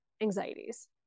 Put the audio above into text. anxieties